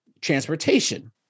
transportation